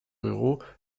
ruraux